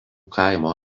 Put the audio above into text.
kaimo